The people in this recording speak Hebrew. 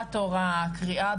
שמחת תורה, קריאה